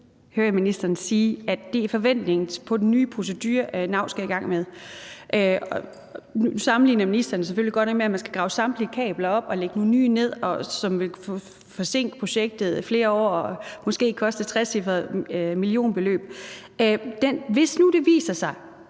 hører jeg ministeren sige er forventningen til den nye procedure, NAU skal i gang med. Nu sammenligner ministeren det godt nok med at skulle grave samtlige kabler op og lægge nogle nye ned, hvilket vil forsinke projektet flere år og måske koste et trecifret millionbeløb. Hvis nu det viser sig,